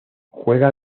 juega